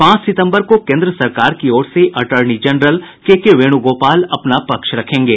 पांच सितम्बर को केन्द्र सरकार की ओर से अटर्नी जनरल के के वेणुगोपाल अपना पक्ष रखेंगे